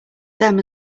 them